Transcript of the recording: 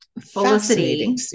Felicity